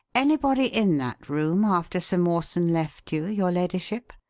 anybody in that room after sir mawson left you, your ladyship?